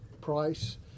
price